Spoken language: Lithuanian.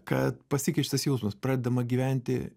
kad pasiekia šitas jausmas pradedama gyventi